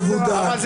בוועדה.